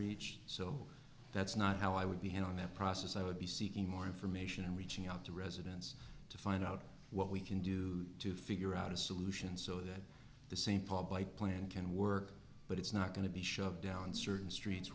reached so that's not how i would be hit on that process i would be seeking more information and reaching out to residents to find out what we can do to figure out a solution so that the same public plan can work but it's not going to be shoved down certain streets